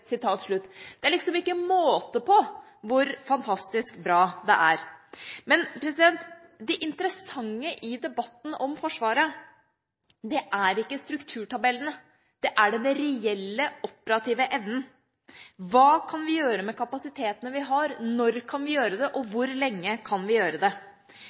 Det er liksom ikke måte på hvor fantastisk bra det er. Men det interessante i debatten om Forsvaret er ikke strukturtabellene. Det er den reelle, operative evnen. Hva kan vi gjøre med kapasitetene vi har, når kan vi gjøre det, og